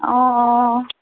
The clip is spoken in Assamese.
অঁ অঁ অঁ